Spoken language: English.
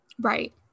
Right